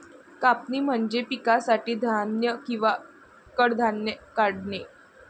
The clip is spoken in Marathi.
कापणी म्हणजे पिकासाठी धान्य किंवा कडधान्ये काढणे